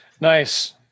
Nice